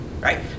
right